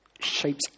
shapes